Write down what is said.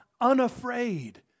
unafraid